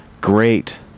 great